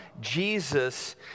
Jesus